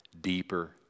Deeper